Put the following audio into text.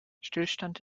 stillstand